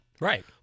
right